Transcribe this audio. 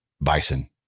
bison